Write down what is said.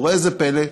וראה זה פלא,